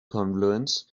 confluence